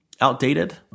outdated